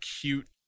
cute